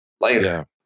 later